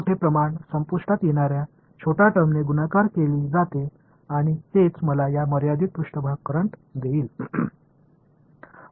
இதுபோன்ற நூல் வெற்று பற்றி சிந்திக்க நமக்கு பழக்கமில்லை ஆனால் இந்த சமன்பாட்டை நாம் சரியாக அடைந்தோம்